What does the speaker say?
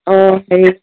অঁ